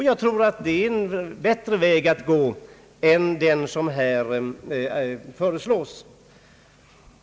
Jag tror att det är en bättre väg att gå än den som här föreslås.